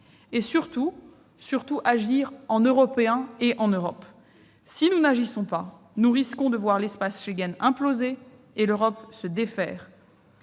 ; surtout, agir en Europe. Si nous n'agissons pas, nous risquons de voir l'espace Schengen imploser et l'Europe se défaire.